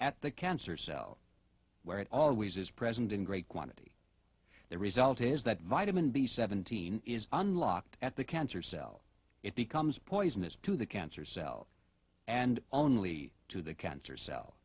at the cancer cell where it always is present in great quantity the result is that vitamin b seventeen is unlocked at the cancer cell it becomes poisonous to the cancer cell and only to the cancer